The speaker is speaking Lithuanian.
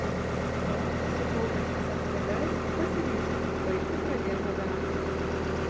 tada sukaupęs visas jėgas pasiryžau užbaigti pradėtą darbą